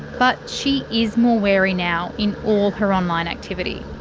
but she is more wary now in all her online activity.